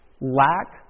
lack